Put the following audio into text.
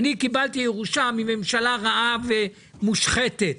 אני קיבלתי ירושה מממשלה רעה ומושחתת,